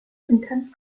intense